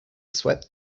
swept